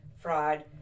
fraud